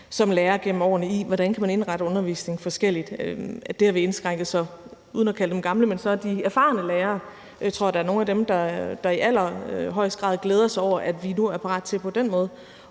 opbygger gennem årene, med, hvordan man kan indrette undervisningen forskelligt. Det har vi indskrænket, så jeg tror, at der er nogle af de – uden at kalde dem gamle – erfarne lærere, der i allerhøjeste grad glæder sig over, at vi nu er parat til på den måde